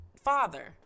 Father